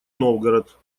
новгород